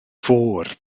fôr